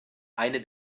eine